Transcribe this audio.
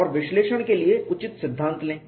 और विश्लेषण के लिए उचित सिद्धांत लें